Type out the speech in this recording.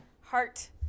heart